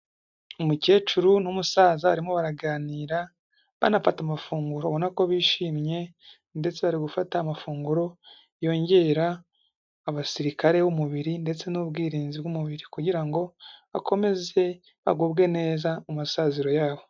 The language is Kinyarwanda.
Umukecuru n'umusaza barimo baraganira, banafata amafunguro ubona ko bishimye, ndetse bari gufata amafunguro yongera abasirikare b'umubiri, ndetse n'ubwirinzi bw'umubiri, kugira ngo bakomeze bagubwe neza mu masaziro yabo.